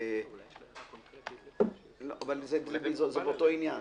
אבל זה באותו עניין.